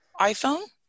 iPhone